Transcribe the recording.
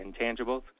intangibles